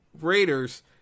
Raiders